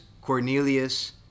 Cornelius